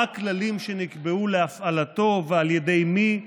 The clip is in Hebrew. מה הכללים שנקבעו להפעלתו ועל ידי מי,